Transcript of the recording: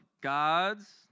God's